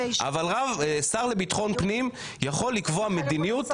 אבל שר לביטחון פנים יכול לקבוע מדיניות,